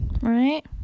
Right